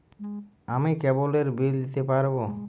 আমি কেবলের বিল দিতে পারবো?